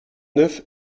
neuf